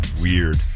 weird